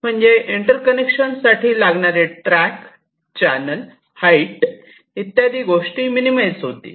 म्हणजे इंटर्कनेक्शन साठी लागणारे ट्रॅक चॅनल हाईट इत्यादी गोष्टी मिनीमाईझ होतील